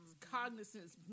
cognizance